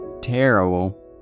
terrible